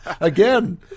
Again